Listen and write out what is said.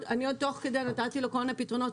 תוך כדי נתתי לו כל מיני פתרונות,